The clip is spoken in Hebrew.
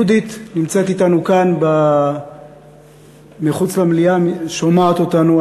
יהודית נמצאת אתנו כאן, מחוץ למליאה, שומעת אותנו.